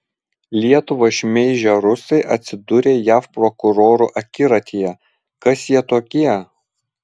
lietuvą šmeižę rusai atsidūrė jav prokurorų akiratyje kas jie tokie